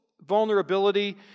vulnerability